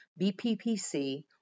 BPPC